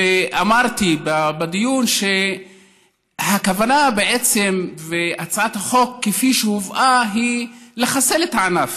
אמרתי בדיון שבעצם הכוונה בהצעת החוק כפי שהובאה היא לחסל את הענף.